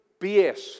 BS